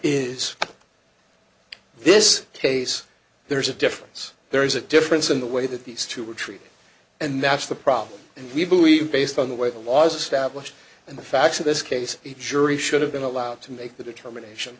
is this case there's a difference there is a difference in the way that these two were treated and that's the problem and we believe based on the way the laws established and the facts of this case the jury should have been allowed to make the determination